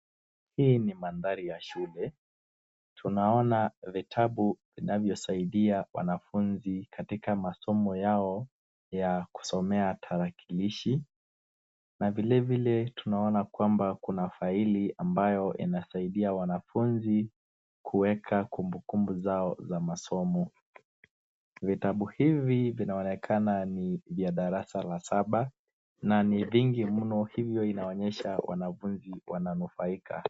Hii ni mandhari ya shule. Tunaona vitabu vinavyosaidia wanafunzi katika masomo yao ya kusomea tarakilishi. Na vile vile tunaona kwamba kuna faili ambayo inasaidia wanafunzi kuweka kumbukumbu zao za masomo. Vitabu hivi vinaonekana ni vya darasa la saba na ni vingi mno hivyo inaonyesha wanafunzi wananufaika.